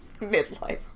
Midlife